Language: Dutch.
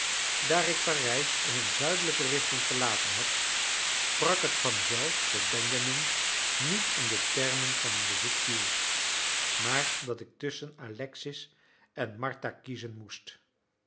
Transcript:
daar ik parijs in een zuidelijke richting verlaten had sprak het vanzelf dat benjamin niet in de termen van een bezoek viel maar dat ik tusschen alexis en martha kiezen moest